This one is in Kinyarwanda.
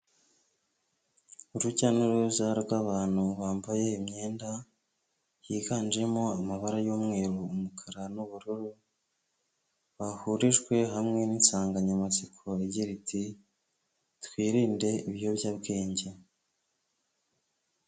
Urujya n'uruza rw'abantu bambaye imyenda yiganjemo amabara y'umweru, umukara n'ubururu, bahurijwe hamwe n'insanganyamatsiko igira iti: " Twirinde ibiyobyabwenge."